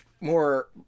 more